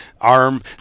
arm